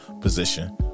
position